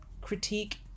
critique